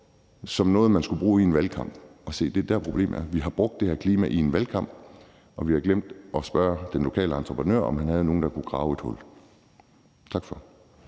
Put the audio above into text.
som noget, man skulle bruge i en valgkamp. Og se, det er der, problemet er: Vi har brugt det her klima i en valgkamp, men vi har glemt at spørge den lokale entreprenør, om han havde nogen, der kunne grave et hul. Tak for